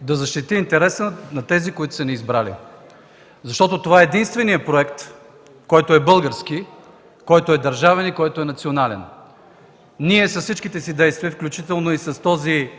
да защити интереса на тези, които са ни избрали. Това е единственият проект, който е български, който е държавен и който е национален. Ние с всичките си действия, включително и с този